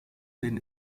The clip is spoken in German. den